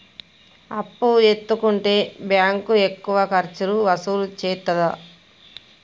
అప్పు ఎత్తుకుంటే బ్యాంకు ఎక్కువ ఖర్చులు వసూలు చేత్తదా?